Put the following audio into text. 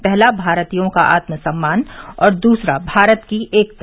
पहला भारतीयों का आत्म सम्मान और दूसरा भारत की एकता